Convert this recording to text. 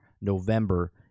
November